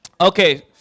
okay